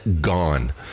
gone